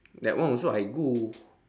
that one also I go